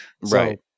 Right